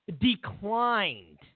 declined